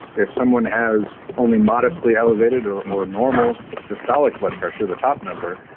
if someone has only modestly elevated or or normal systolic blood pressure, the top number,